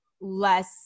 less